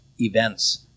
events